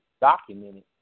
documented